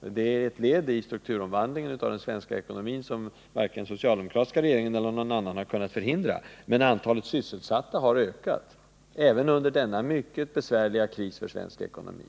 Detta är ett led i strukturomvandlingen av den svenska ekonomin som varken den socialdemokratiska regeringen eller någon annan regering har kunnat förhindra. Men antalet sysselsatta har ökat även under denna mycket besvärliga kris för svensk ekonomi.